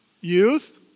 youth